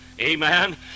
Amen